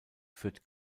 führt